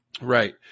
Right